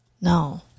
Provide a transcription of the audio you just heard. No